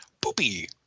Poopy